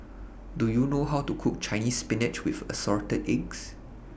Do YOU know How to Cook Chinese Spinach with Assorted Eggs